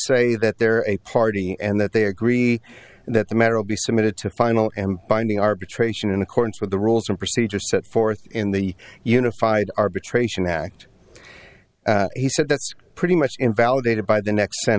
say that there are a party and that they agree that the matter will be submitted to a final and binding arbitration in accordance with the rules of procedure set forth in the unified arbitration act he said that's pretty much invalidated by the next sen